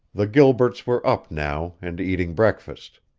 the gilberts were up now and eating breakfast.